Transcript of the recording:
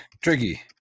tricky